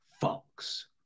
Fox